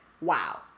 Wow